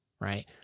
right